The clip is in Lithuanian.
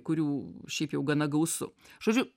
kurių šiaip jau gana gausu žodžiu